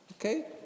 Okay